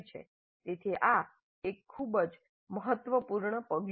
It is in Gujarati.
તેથી આ એક ખૂબ જ મહત્વપૂર્ણ પગલું છે